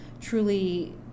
truly